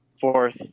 fourth